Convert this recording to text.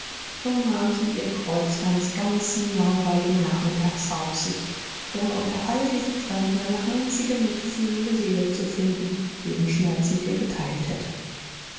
so nahm sie ihr kreuz eines ganzen langweiligen nachmittags auf sich ohne unter all diesen fremden eine einzige mitfühlende seele zu finden die ihren schmerz mit ihr geteilt hätte